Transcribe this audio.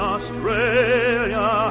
Australia